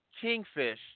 Kingfish